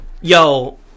Yo